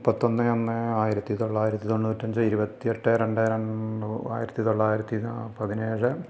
മുപ്പത്തൊന്ന് ഒന്ന് ആയിരത്തി തൊള്ളയിരത്തി തൊണ്ണൂറ്റഞ്ച് ഇരുപത്തെട്ട് രണ്ട് ആയിരത്തി തൊള്ളായിരത്തി പതിനേഴ്